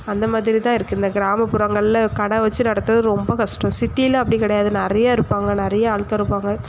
அந்தமாதிரி தான் இருக்கு இந்த கிராமப்புறங்களில் கடை வச்சு நடத்துறது ரொம்ப கஷ்டம் சிட்டியில் அப்படி கிடையாது நிறைய இருப்பாங்க நிறைய ஆள்கள் இருப்பாங்க